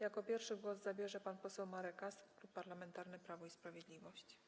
Jako pierwszy głos zabierze pan poseł Marek Ast, Klub Parlamentarny Prawo i Sprawiedliwość.